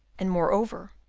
and, moreover,